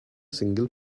single